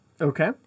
Okay